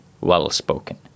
well-spoken